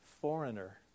Foreigner